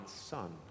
Son